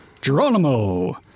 Geronimo